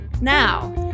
now